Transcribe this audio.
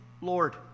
Lord